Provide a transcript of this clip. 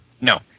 No